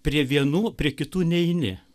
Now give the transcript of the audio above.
prie vienų prie kitų neini